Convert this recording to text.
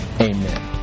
Amen